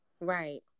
right